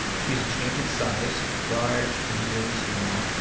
choose to change its size large, medium, small.